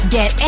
Get